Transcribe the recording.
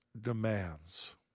demands